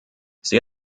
sie